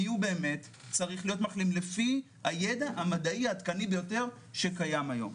מי באמת צריך להיות מחלים לפי הידע המדעי העדכני ביותר שקיים היום.